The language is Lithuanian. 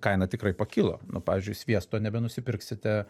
kaina tikrai pakilo nu pavyzdžiui sviesto nebenusipirksite